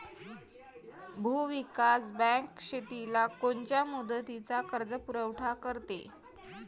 भूविकास बँक शेतीला कोनच्या मुदतीचा कर्जपुरवठा करते?